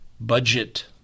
budget